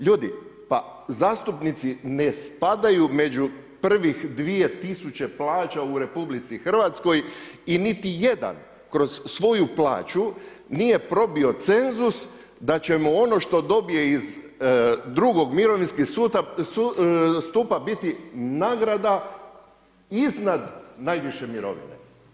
Ljudi, pa zastupnici ne spadaju među prvih 2000 plaća u RH i niti jedan kroz svoju plaću nije probio cenzus da će mu ono što dobije iz drugog mirovinskog stupa biti nagrada iznad najviše mirovine.